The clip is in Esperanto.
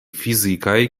fizikaj